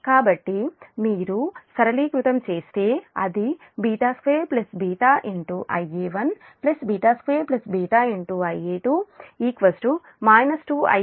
కాబట్టి మీరు సరళీకృతం చేస్తే అది β2 β Ia1 β2 β Ia2 2Ia0 అవుతుంది